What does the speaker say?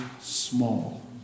small